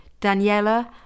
Daniela